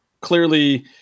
clearly